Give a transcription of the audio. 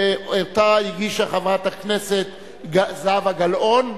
שאותה הגישה חברת הכנסת זהבה גלאון,